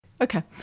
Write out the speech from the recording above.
Okay